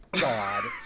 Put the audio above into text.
god